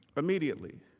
immediately.